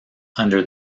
under